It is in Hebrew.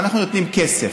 אנחנו נותנים כסף.